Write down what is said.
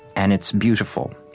and it's beautiful.